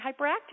hyperactive